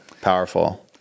Powerful